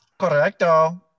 Correcto